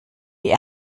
die